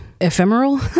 ephemeral